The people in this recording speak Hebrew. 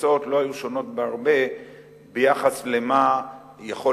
התוצאות לא היו שונות בהרבה ביחס למה שיכול